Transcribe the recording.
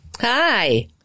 Hi